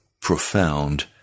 profound